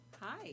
Hi